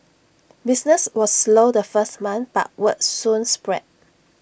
business was slow the first month but word soon spread